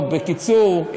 בקיצור,